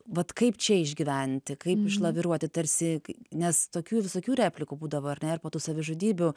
vat kaip čia išgyventi kaip išlaviruoti tarsi kai nes tokių visokių replikų būdavo ar ne ir po tų savižudybių